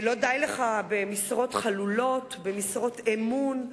לא די לך במשרות חלולות, במשרות אמון,